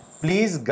please